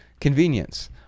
convenience